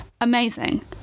amazing